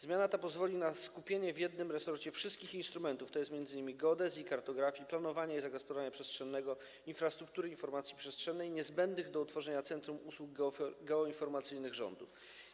Zmiana ta pozwoli na skupienie w jednym resorcie wszystkich instrumentów, tj. m.in. geodezji i kartografii, planowania i zagospodarowania przestrzennego, infrastruktury informacji przestrzennej, niezbędnych do utworzenia centrum usług geoinformacyjnych rządu.